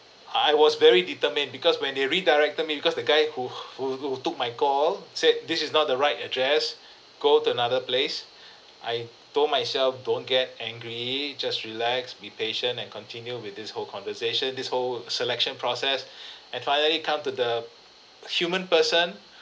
I I was very determined because when they redirected me because the guy who who who took my call said this is not the right address go to another place I told myself don't get angry just relax be patient and continue with this whole conversation this whole selection process and finally come to the human person